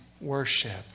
worship